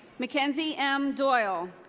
mackenzie m. doyle.